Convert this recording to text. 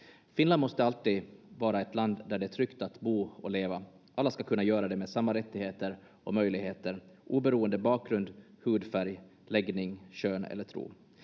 Finland måste alltid vara ett land där det är tryggt att bo och leva. Alla ska kunna göra det med samma rättigheter och möjligheter oberoende av bakgrund, hudfärg, läggning, kön eller tro.